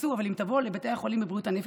אבל אם תבואו לבתי החולים לבריאות הנפש,